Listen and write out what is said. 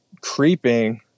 creeping